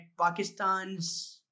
Pakistan's